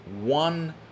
one